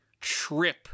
trip